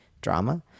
drama